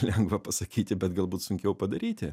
lengva pasakyti bet galbūt sunkiau padaryti